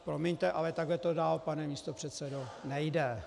Promiňte, ale takhle to dál, pane místopředsedo, nejde.